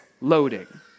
loading